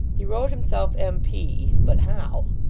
he wrote himself m p but how?